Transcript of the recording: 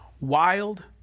wild